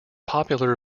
popular